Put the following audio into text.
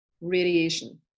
radiation